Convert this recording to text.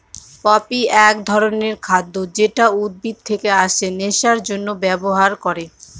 poppy এক ধরনের খাদ্য যেটা উদ্ভিদ থেকে আছে নেশার জন্যে ব্যবহার করে